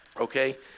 Okay